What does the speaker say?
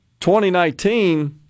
2019 –